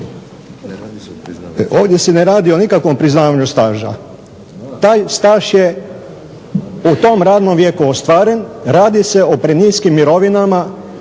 Ovdje se ne radi o nikakvom priznavanju staža, taj staž je u tom radnom vijeku ostvaren, radi se o preniskim mirovinama